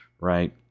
right